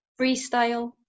freestyle